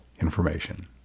information